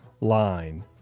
line